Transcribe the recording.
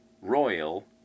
Royal